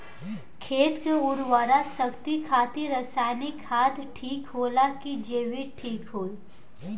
खेत के उरवरा शक्ति खातिर रसायानिक खाद ठीक होला कि जैविक़ ठीक होई?